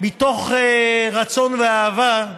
מתוך רצון ואהבה,